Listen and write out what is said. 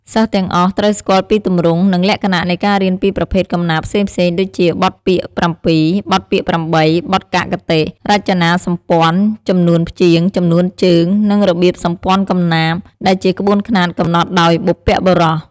សិស្សទាំងអស់ ត្រូវស្គាល់ពីទម្រង់ និងលក្ខណៈ នៃការរៀនពីប្រភេទកំណាព្យផ្សេងៗ ដូចជា បទពាក្យ៧ បទពាក្យ៨ បទកាកគតិ រចនាសម្ព័ន្ធ ចំនួនព្យាង្គ ចំនួនជើង និងរបៀបសម្ព័ន្ធកំណាព្យ ដែលជាក្បួនខ្នាតកំណត់ដោយបុព្វបុរស។